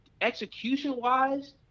execution-wise